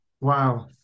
Wow